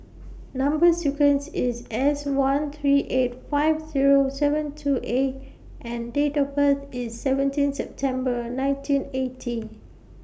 Number sequence IS S one three eight five Zero seven two A and Date of birth IS seventeen September nineteen eighty